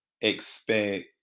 expect